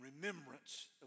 remembrance